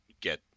get